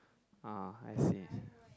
ah I see